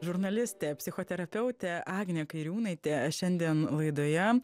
žurnalistė psichoterapeutė agnė kairiūnaitė šiandien laidoje